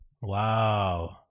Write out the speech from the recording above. wow